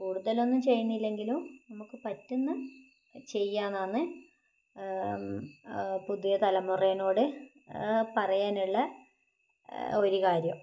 കൂടുതലൊന്നും ചെയ്യുന്നില്ലെങ്കിലും നമുക്ക് പറ്റുന്നത് ചെയ്യാനാന്ന് പുതിയ തലമുറയോട് പറയാനുള്ള ഒരു കാര്യം